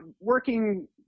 working